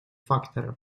факторов